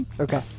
Okay